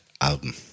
album